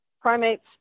Primates